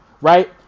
right